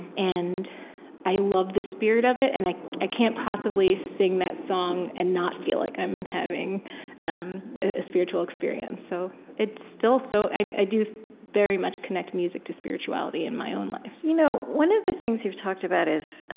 and i love the spirit of it, and i ah can't possibly sing that song and not feel like i'm having um a spiritual experience. so it's still so i do very much connect music to spirituality in my own life you know one of the things you've talked about is